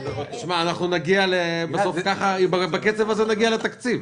--- תשמע, בקצב הזה נגיע לתקציב.